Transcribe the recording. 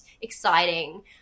exciting